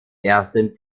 ersten